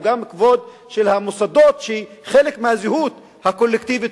הוא גם כבוד של המוסדות שהם חלק מהזהות הקולקטיבית,